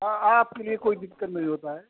हाँ आपके लिये कोई दिक्कत नहीं होता है